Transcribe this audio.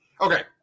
okay